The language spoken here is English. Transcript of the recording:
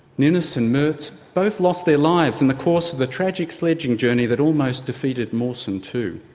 ninnis and mertz both lost their lives in the course of the tragic sledging journey that almost defeated mawson too.